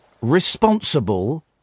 responsible